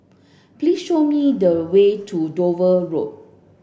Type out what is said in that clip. please show me the way to Dover Road